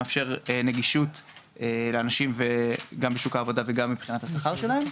מאפשר נגישות לאנשים שהם גם בשוק העבודה וגם מבחינת השכר שלהם.